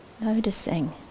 Noticing